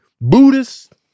Buddhist